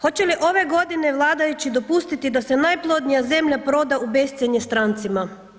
Hoće li ove godine vladajući dopustiti da se najplodnija zemlja proda u bescjenje strancima?